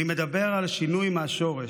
אני מדבר על שינוי מהשורש.